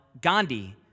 Gandhi